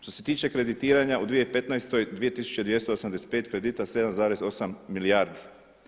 Što se tiče kreditiranja u 2015. 2285 kredita, 7,8 milijardi.